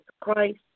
Christ